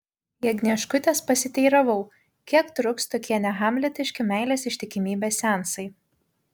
jagnieškutės pasiteiravau kiek truks tokie nehamletiški meilės ištikimybės seansai